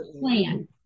plan